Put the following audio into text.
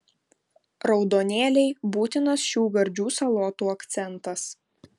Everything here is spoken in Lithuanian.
raudonėliai būtinas šių gardžių salotų akcentas